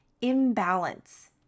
imbalance